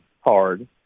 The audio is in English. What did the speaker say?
hard